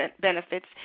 benefits